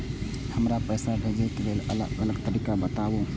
हमरा पैसा भेजै के लेल अलग अलग तरीका बताबु?